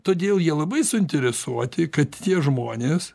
todėl jie labai suinteresuoti kad tie žmonės